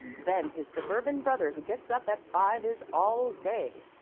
than his suburban brother who gets up at five is all day.